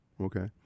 Okay